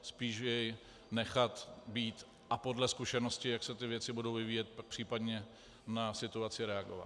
Spíš jej nechat být a podle zkušenosti, jak se ty věci budou vyvíjet, pak případně na situaci reagovat.